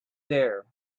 there